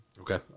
Okay